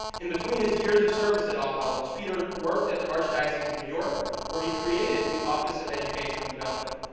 in between his years of service at all hallows, peter worked at the archdiocese of new york where he created the office of educational development.